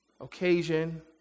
occasion